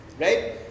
right